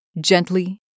Gently